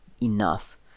enough